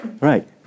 right